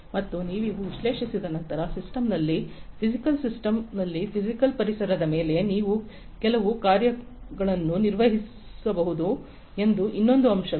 ಮತ್ತು ನೀವು ವಿಶ್ಲೇಷಿಸಿದ ನಂತರ ಸಿಸ್ಟಮ್ನಲ್ಲಿ ಫಿಸಿಕಲ್ ಸಿಸ್ಟಮ್ ನಲ್ಲಿ ಫಿಸಿಕಲ್ ಪರಿಸರದ ಮೇಲೆ ನೀವು ಕೆಲವು ಕಾರ್ಯಗಳನ್ನು ನಿರ್ವಹಿಸಬಹುದು ಎಂಬ ಇನ್ನೊಂದು ಅಂಶವಿದೆ